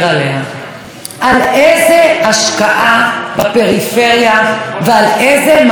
איזה השקעה בפריפריה ועל איזה מהפכה בתחבורה?